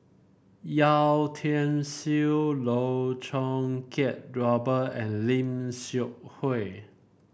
Yeo Tiam Siew Loh Choo Kiat Robert and Lim Seok Hui